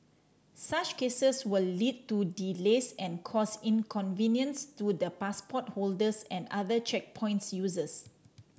such cases will lead to delays and cause inconvenience to the passport holders and other checkpoints users